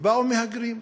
ובאו מהגרים.